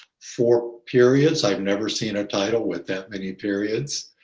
four periods. i've never seen a title with that many periods,